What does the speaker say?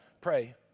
pray